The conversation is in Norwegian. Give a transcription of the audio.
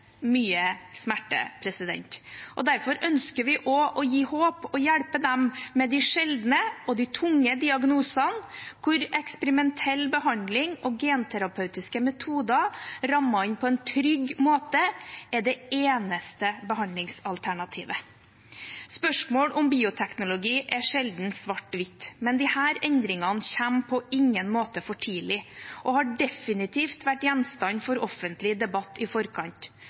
mye smerte. Derfor ønsker vi også å gi håp til og hjelpe dem med de sjeldne og de tunge diagnosene hvor eksperimentell behandling og genterapeutiske metoder rammet inn på en trygg måte er det eneste behandlingsalternativet. Spørsmålet om bioteknologi er sjelden svart-hvitt, men disse endringene kommer på ingen måte for tidlig og har definitivt vært gjenstand for offentlig debatt i forkant.